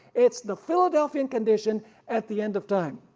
it's the philadelphian condition at the end of time.